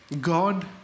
God